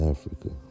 Africa